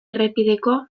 errepideko